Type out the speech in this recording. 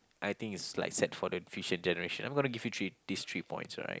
I think it's like set for the future generations I'm gonna give you three these three points right